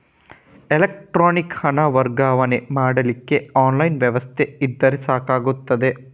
electronic ಹಣ ವರ್ಗಾವಣೆ ಮಾಡ್ಲಿಕ್ಕೆ ಆನ್ಲೈನ್ ವ್ಯವಸ್ಥೆ ಇದ್ರೆ ಸಾಕಾಗ್ತದೆ